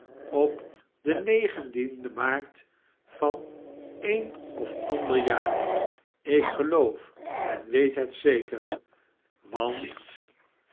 opdennegentienden maart van een of ander jaar ik geloof en weet het zeker want